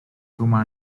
kumar